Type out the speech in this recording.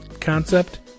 concept